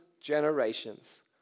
generations